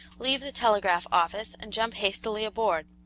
leave the telegraph office and jump hastily aboard.